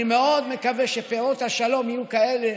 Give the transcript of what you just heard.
אני מאוד מקווה שפירות השלום יהיו כאלה